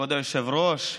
כבוד היושב-ראש,